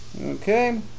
Okay